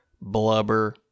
blubber